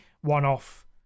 one-off